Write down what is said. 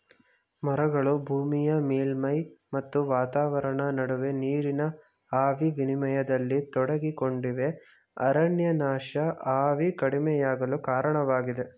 ಮರಗಳು ಭೂಮಿಯ ಮೇಲ್ಮೈ ಮತ್ತು ವಾತಾವರಣ ನಡುವೆ ನೀರಿನ ಆವಿ ವಿನಿಮಯದಲ್ಲಿ ತೊಡಗಿಕೊಂಡಿವೆ ಅರಣ್ಯನಾಶ ಆವಿ ಕಡಿಮೆಯಾಗಲು ಕಾರಣವಾಗಿದೆ